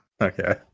Okay